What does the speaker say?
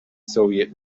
soviet